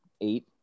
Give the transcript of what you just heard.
eight